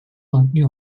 maintenu